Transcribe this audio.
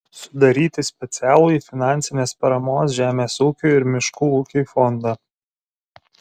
sudaryti specialųjį finansinės paramos žemės ūkiui ir miškų ūkiui fondą